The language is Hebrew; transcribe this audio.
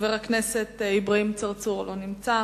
חבר הכנסת אברהים צרצור, לא נמצא.